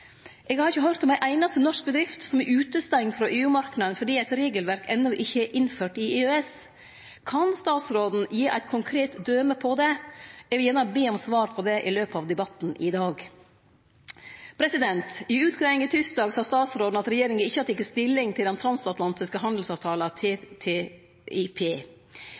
Eg har ikkje høyrt om ei einaste norsk bedrift som er utestengd frå EU-marknaden fordi eit regelverk enno ikkje er innført i EØS. Kan statsråden gi eit konkret døme på dette? Eg vil be om å få svar på det i løpet av debatten i dag. I utgreiinga tysdag sa statsråden at regjeringa ikkje har teke stilling til den transatlantiske